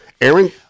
Aaron